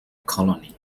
colony